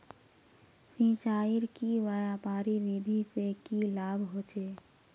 सिंचाईर की क्यारी विधि से की लाभ होचे?